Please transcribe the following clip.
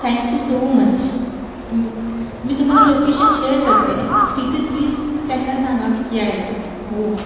thank you so much मी तुम्हाला location share करते तिथे प्लीस त्यांना सांगा यायला हो